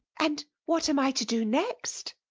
and what am i to do next?